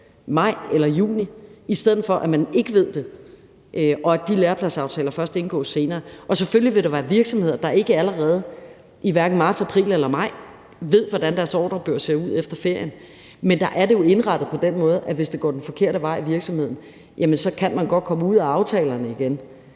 sommerferien, i stedet for at man ikke ved det og de lærepladsaftaler først indgås senere. Selvfølgelig vil der være virksomheder, der ikke allerede i hverken marts, april eller maj ved, hvordan deres ordrebøger ser ud efter ferien, men der er det jo indrettet på den måde, at man, hvis det går den forkerte vej i virksomheden, så godt kan komme ud af aftalerne igen.